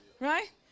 Right